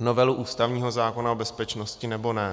novelu ústavního zákona o bezpečnosti, nebo ne.